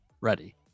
ready